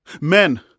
Men